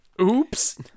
Oops